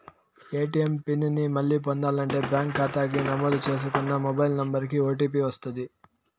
ATM PIN ని మళ్ళీ పొందాలంటే బ్యాంకు కాతాకి నమోదు చేసుకున్న మొబైల్ నంబరికి ఓ.టీ.పి వస్తది